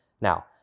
Now